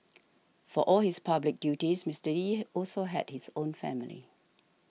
for all his public duties Mister Lee also had his own family